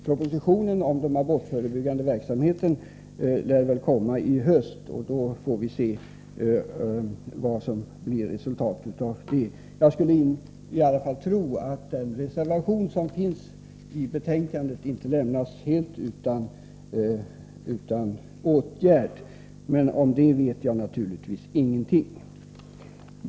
Propositionen om den abortförebyggande verksamheten lär komma i höst, och då får vi se vad som blir resultatet av den. Jag skulle tro att den reservation som har fogats till betänkandet inte lämnas helt utan åtgärd, men om det vet jag naturligtvis ingenting.